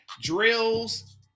drills